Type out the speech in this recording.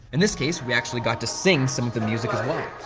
in this case, we actually got to sing some of the music as well.